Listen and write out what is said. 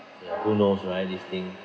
who knows right this thing